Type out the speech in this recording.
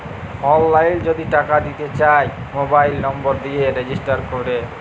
অললাইল যদি টাকা দিতে চায় মবাইল লম্বর দিয়ে রেজিস্টার ক্যরে